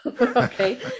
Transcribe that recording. Okay